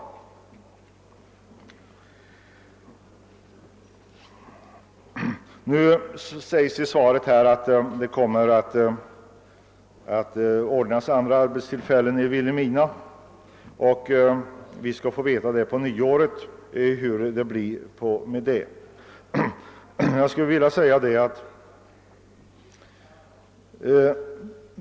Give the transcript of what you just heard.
I svaret sägs att det kommer att ordnas andra arbetstillfällen i Vilhelmina, och på nyåret skall vi få veta vilka de blir.